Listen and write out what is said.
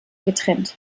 getrennt